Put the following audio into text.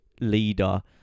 leader